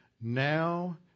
Now